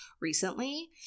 recently